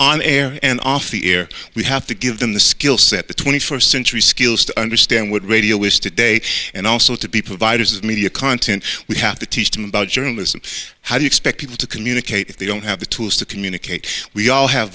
on air and off the air we have to give them the skill set the twenty first century skills to understand what radio is today and also to be providers of media content we have to teach them about journalism how do you expect people to communicate if they don't have the tools to communicate we all have